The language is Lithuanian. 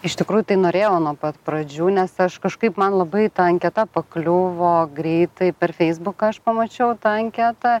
iš tikrų tai norėjau nuo pat pradžių nes aš kažkaip man labai ta anketa pakliuvo greitai per feisbuką aš pamačiau tą anketą